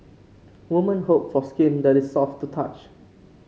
woman hope for skin that is soft to touch